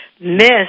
Miss